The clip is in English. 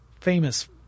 famous